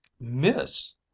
Miss